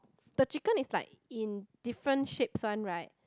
the chicken is like in different shapes one right